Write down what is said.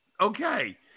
okay